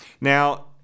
Now